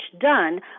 done